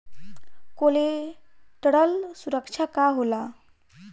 Collateral सुरक्षा का होला?